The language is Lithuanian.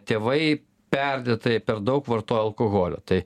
tėvai perdėtai per daug vartoja alkoholio tai